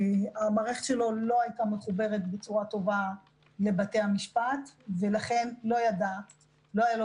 המערכת שלו לא הייתה מחוברת בצורה טובה לבתי המשפט ולכן לא היה לו